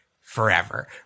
forever